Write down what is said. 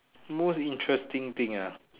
most interesting thing ah